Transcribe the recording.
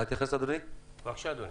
בבקשה, אדוני.